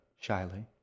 shyly